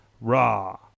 raw